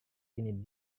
ini